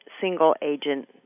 single-agent